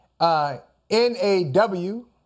N-A-W